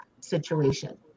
situation